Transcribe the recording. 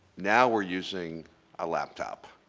now we're using a laptop.